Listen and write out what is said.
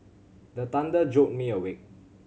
the thunder jolt me awake